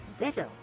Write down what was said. little